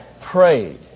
prayed